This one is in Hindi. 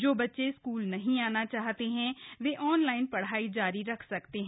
जो बच्चे स्क्ल नहीं आना चाहते वो ऑनलाइन पढ़ाई जारी रख सकते हैं